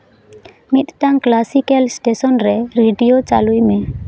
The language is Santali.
ᱢᱤᱫᱴᱟᱝ ᱠᱞᱟᱥᱤᱠᱮᱞ ᱥᱴᱮᱥᱚᱱ ᱨᱮ ᱨᱮᱰᱤᱭᱳ ᱪᱟᱹᱞᱩᱭ ᱢᱮ